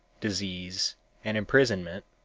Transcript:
disease and imprisonment,